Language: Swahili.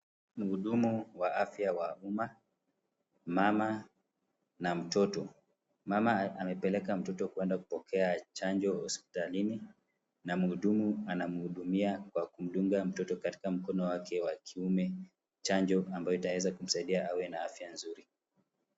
Mhudumu wa afya wa umma, mama na mtoto. Mama amepeleka mtoto kuenda kupokea chanjo hospitalini na mhudumu ana mhudumia kwa kumdunga mtoto kwa mkono wake wa kiume chanjo ambayo itaweza kumsaidia awe na afya nzuri.